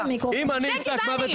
זה גזעני.